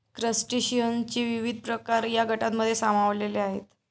क्रस्टेशियनचे विविध प्रकार या गटांमध्ये सामावलेले आहेत